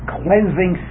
cleansing